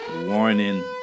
Warning